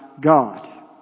God